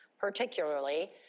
particularly